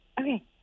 Okay